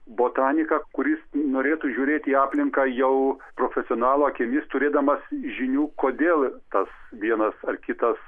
botaniką kuris norėtų žiūrėti į aplinką jau profesionalo akimis turėdamas žinių kodėl tas vienas ar kitas